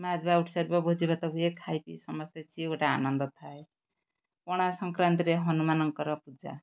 ମହାଦୀପ ଉଠି ସାରିବ ଭୋଜି ଭାତ ହୁଏ ଖାଇ ପିଇ ସମସ୍ତେ ସେ ଗୋଟେ ଆନନ୍ଦ ଥାଏ ପଣା ସଂକ୍ରାନ୍ତିରେ ହନୁମାନଙ୍କର ପୂଜା